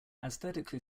aesthetically